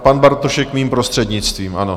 Pan Bartošek mým prostřednictvím, ano?